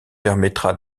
permettra